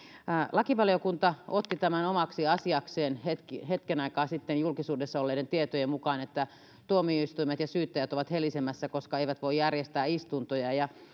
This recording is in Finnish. lakivaliokunta otti tämän omaksi asiakseen hetken aikaa sitten julkisuudessa olleiden tietojen mukaan että tuomioistuimet ja syyttäjät ovat helisemässä koska eivät voi järjestää istuntoja